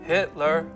Hitler